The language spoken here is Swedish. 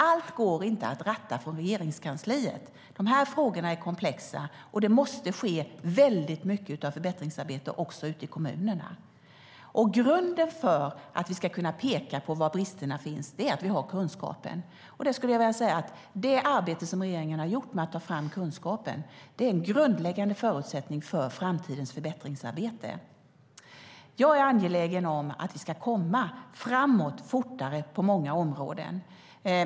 Allt går inte att ratta från Regeringskansliet. Frågorna är komplexa, och det måste ske väldigt mycket av förbättringsarbete också ute i kommunerna. Grunden för att vi ska kunna peka på var bristerna finns är att vi har kunskapen. Det arbete som regeringen har gjort med att ta fram kunskapen är en grundläggande förutsättning för framtidens förbättringsarbete. Jag är angelägen om att vi ska komma framåt fortare på många områden.